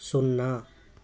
సున్నా